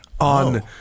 on